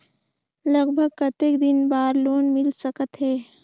लगभग कतेक दिन बार लोन मिल सकत हे?